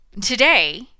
Today